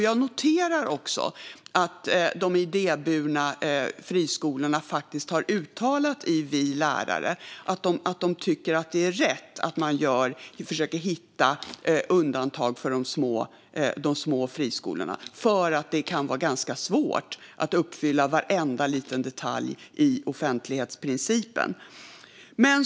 Jag noterar också att de idéburna friskolorna faktiskt har uttalat i Vi Lärare att de tycker att det är rätt att man försöker hitta undantag för de små friskolorna eftersom det kan vara ganska svårt att uppfylla varenda liten detalj i offentlighetsprincipen.